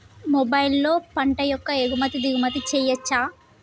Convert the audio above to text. మొబైల్లో పంట యొక్క ఎగుమతి దిగుమతి చెయ్యచ్చా?